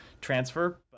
transfer